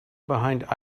behind